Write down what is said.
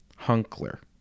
Hunkler